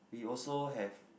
we also have